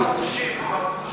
בכלל הוא לא אמר כושים, הוא